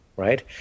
Right